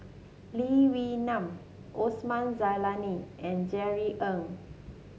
Lee Wee Nam Osman Zailani and Jerry Ng